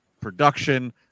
production